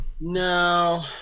No